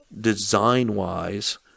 design-wise